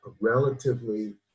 relatively